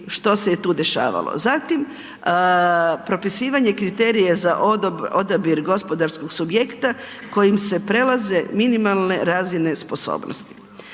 što se je tu dešavalo. Zatim, propisivanje kriterija za odabir gospodarskog subjekta kojim se prelaze minimalne razine sposobnosti.